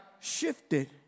shifted